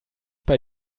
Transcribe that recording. bei